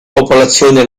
popolazione